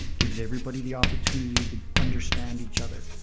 gives everybody the opportunity to understand each other.